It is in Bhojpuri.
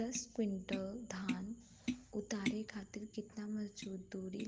दस क्विंटल धान उतारे खातिर कितना मजदूरी